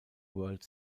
world